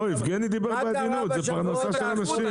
לא, יבגני דיבר בעדינות, זאת פרנסה של אנשים.